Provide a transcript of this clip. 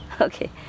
Okay